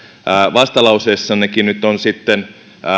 vastalauseessannekin nyt on sitten